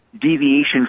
deviation